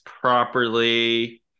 properly